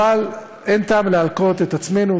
אבל אין טעם להלקות את עצמנו,